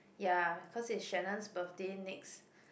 ya cause is Shannon's birthday next